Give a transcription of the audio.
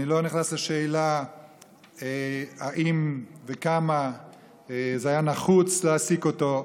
אני לא נכנס לשאלה אם וכמה היה נחוץ להעסיק אותו,